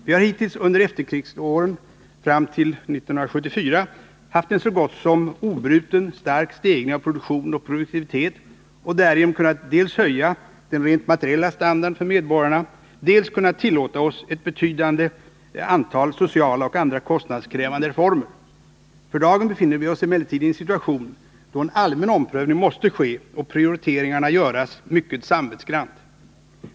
Vi har hittills under efterkrigsåren fram till 1974 haft en så gott som obruten, stark stegring av produktion och produktivitet och därigenom kunnat dels höja den rent materiella standarden för medborgarna, dels tillåta oss ett betydande antal sociala och andra kostnadkrävande reformer. För dagen befinner vi oss emellertid i en situation där allmän omprövning måste ske och prioriteringarna göras mycket samvetsgrant.